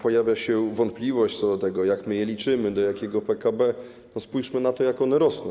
Pojawia się wątpliwość co do tego, jak my je liczymy, do jakiego PKB, spójrzmy więc na to, jak one rosną.